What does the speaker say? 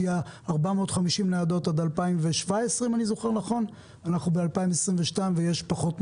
שיהיו 450 ניידות עד 2017. אנחנו עכשיו ב-2022 ויש פחות מ-300.